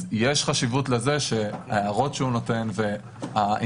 יש חשיבות לזה שההערות שהוא נותן והעניינים